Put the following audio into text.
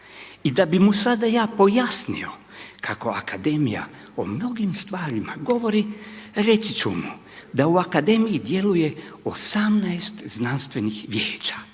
i da bi mu sada ja pojasnio kako akademija o mnogim stvarima govori, reći ću mu da u akademiji djeluje 18 znanstvenih vijeća.